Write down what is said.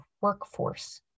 workforce